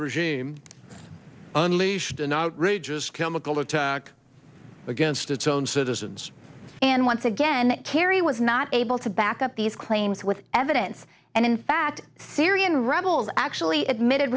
regime unleashed an outrageous chemical attack against its own citizens and once again kerry was not able to back up these claims with evidence and in fact syrian rebels actually admitted